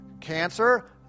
Cancer